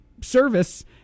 service